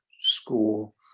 school